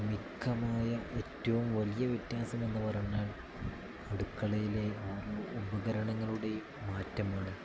മുഖ്യമായ ഏറ്റവും വലിയ വ്യത്യാസം എന്ന് പറഞ്ഞാൽ അടുക്കളയിലെ ഉപകരണങ്ങളുടെ മാറ്റമാണ്